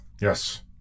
Yes